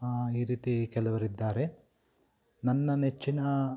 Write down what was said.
ಈ ರೀತಿ ಕೆಲವರಿದ್ದಾರೆ ನನ್ನ ನೆಚ್ಚಿನ